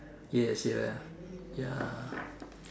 yes you're ya